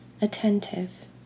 attentive